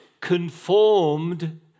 conformed